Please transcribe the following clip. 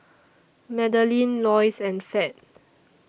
Madelene Loyce and Fed